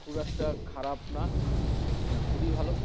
খুব একটা খারাপ না মানে খুবই ভালো